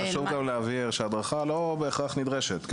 חשוב להבהיר שההדרכה לא בהכרח נדרשת.